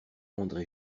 andré